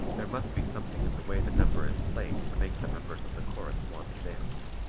there must be something in the way the number is played to make the members of the chorus want to dance.